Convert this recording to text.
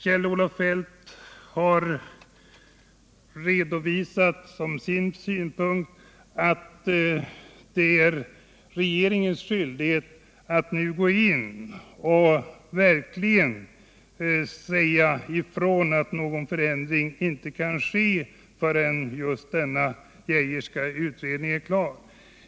Kjell-Olof Feldt har redovisat som sin synpunkt att det är regeringens skyldighet att nu gå in och verkligen säga ifrån, att någon förändring inte kan ske förrän just denna Geijerska utredning är klar.